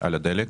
על הדלק.